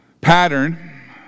pattern